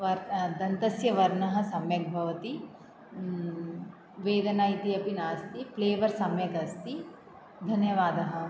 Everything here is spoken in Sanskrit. व दन्तस्य वर्णः सम्यक् भवति वेदना इति अपि नास्ति फ्लेवर् सम्यक् अस्ति धन्यवादः